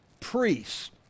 priests